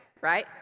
right